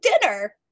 dinner